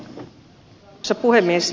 arvoisa puhemies